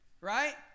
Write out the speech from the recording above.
right